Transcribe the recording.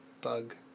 bug